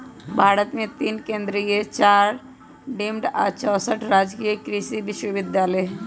भारत मे तीन केन्द्रीय चार डिम्ड आ चौसठ राजकीय कृषि विश्वविद्यालय हई